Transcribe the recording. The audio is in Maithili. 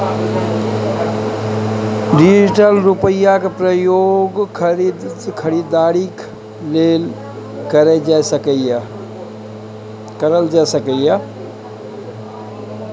डिजिटल रुपैयाक प्रयोग खरीदारीक लेल कएल जा सकैए